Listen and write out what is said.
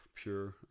pure